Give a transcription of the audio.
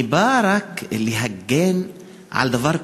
אני בא רק להגן על דבר בסיסי: